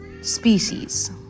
species